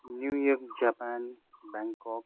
New York Japan Bangkok